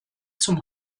zum